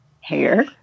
hair